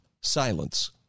silence